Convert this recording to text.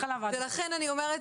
לכן אני אומרת,